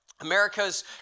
America's